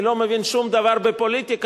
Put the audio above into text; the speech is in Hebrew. אני לא מבין שום דבר בפוליטיקה,